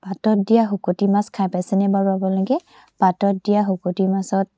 পাতত দিয়া শুকতি মাছ খাই পাইছেনে বাৰু আপোনালোকে পাতত দিয়া শুকতি মাছত